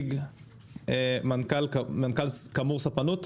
מנכ"ל קמור ספנות.